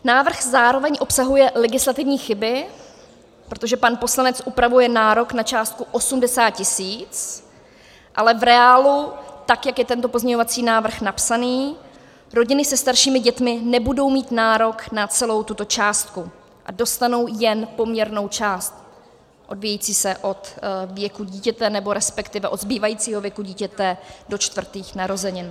Návrh zároveň obsahuje legislativní chyby, protože pan poslanec upravuje nárok na částku 80 tisíc, ale v reálu, tak jak je tento pozměňovací návrh napsaný, rodiny se staršími dětmi nebudou mít nárok na celou tuto částku a dostanou jen poměrnou část odvíjející se od věku dítěte nebo respektive od zbývajícího věku dítěte do čtvrtých narozenin.